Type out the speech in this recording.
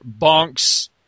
bonks